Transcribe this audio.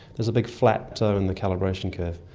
is a big flat zone in the calibration curve,